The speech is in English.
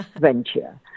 venture